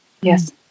Yes